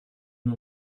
nur